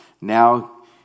now